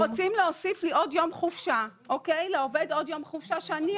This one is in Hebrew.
אתם רוצים להוסיף לעובד עוד יום חופשה,